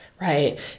right